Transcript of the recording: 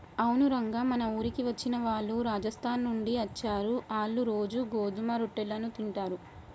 అవును రంగ మన ఊరికి వచ్చిన వాళ్ళు రాజస్థాన్ నుండి అచ్చారు, ఆళ్ళ్ళు రోజూ గోధుమ రొట్టెలను తింటారు